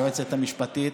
היועצת המשפטית,